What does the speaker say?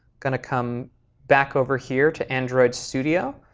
going to come back over here to android studio,